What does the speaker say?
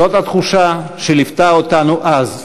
זאת התחושה שליוותה אותנו אז,